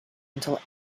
until